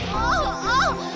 oh